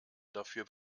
dafür